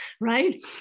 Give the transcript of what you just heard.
right